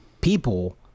people